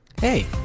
Hey